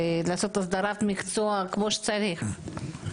לעשות הסדרת מקצוע כמו שצריך.